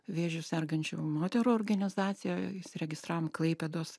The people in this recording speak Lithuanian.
vėžiu sergančių moterų organizaciją įsiregistravom klaipėdos